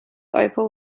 opal